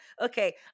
Okay